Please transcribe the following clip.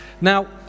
Now